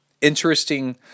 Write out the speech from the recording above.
interesting